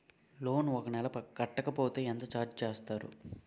Loan ఒక నెల కట్టకపోతే ఎంత ఛార్జ్ చేస్తారు?